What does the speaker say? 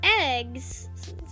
eggs